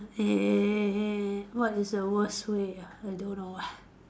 eh what is a worse way ah I don't know eh